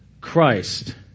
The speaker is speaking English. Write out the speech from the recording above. Christ